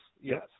Yes